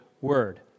word